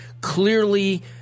clearly